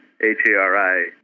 h-a-r-i